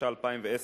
התשע"א 2010,